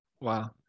Wow